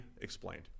explained